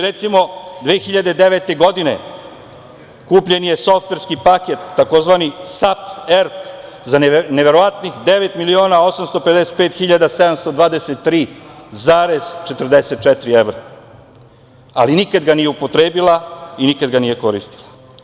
Recimo, 2009. godine je kupljen softverski paket, tzv. Sap erp za neverovatnih 9.855.723,44 evra, ali nikada ga nije upotrebila i nikada ga nije koristila.